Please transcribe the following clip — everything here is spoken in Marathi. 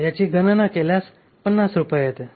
तर याची गणना केल्यास 50 रुपये येते